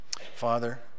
father